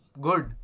good